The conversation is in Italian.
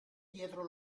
dietro